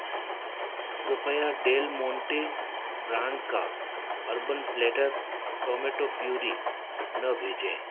कृपया Del Monte brand का Urban Platter tomato puree न भेजें